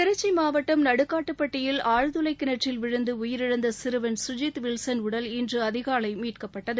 திருச்சி மாவட்டம் நடுக்காட்டுபட்டியில் ஆழ்துளை கிணற்றில் விழுந்து உயிரிழந்த சிறுவன் சுஜித் வில்சன் உடல் இன்று அதிகாலை மீட்கப்பட்டது